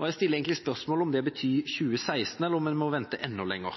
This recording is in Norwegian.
Jeg stiller spørsmålet om det betyr 2016, eller om vi må vente enda lenger.